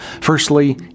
Firstly